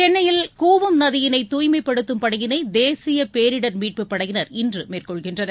சென்னையில் கூவம் நதியினை தூய்மைபடுத்தும் பணியினை தேசிய பேரிடர் மீட்பு படையினர் இன்று மேற்கொள்கின்றனர்